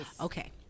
Okay